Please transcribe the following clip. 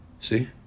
See